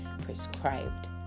prescribed